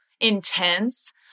intense